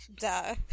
duh